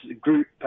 group